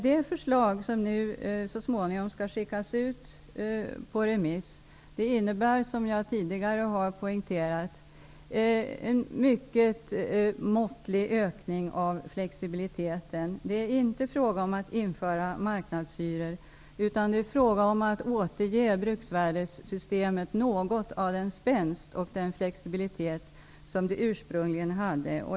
Det förslag som nu så småningom skall skickas ut på remiss innebär, som jag tidigare har poängterat, en mycket måttlig ökning av flexibiliteten. Det är inte fråga om att införa marknadshyror, utan det fråga om att återge bruksvärdessystemet något av den spänst och den flexibilitet som det ursprungligen hade.